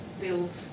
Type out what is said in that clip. build